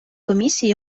комісії